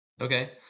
Okay